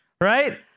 right